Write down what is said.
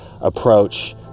approach